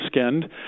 skinned